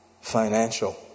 financial